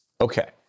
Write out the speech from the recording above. Okay